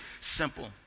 simple